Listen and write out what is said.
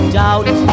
doubt